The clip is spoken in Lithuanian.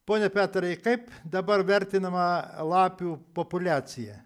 pone petrai kaip dabar vertinama lapių populiacija